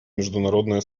международное